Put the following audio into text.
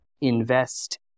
invest